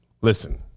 listen